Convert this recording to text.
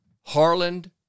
Harland